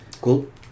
Cool